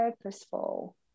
purposeful